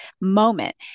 moment